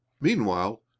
Meanwhile